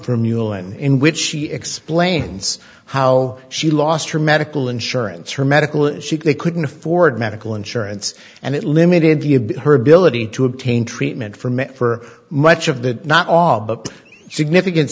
from mulan in which she explains how she lost her medical insurance her medical issues they couldn't afford medical insurance and it limited her ability to obtain treatment from it for much of that not all but significan